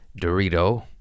Dorito